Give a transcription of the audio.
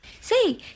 Say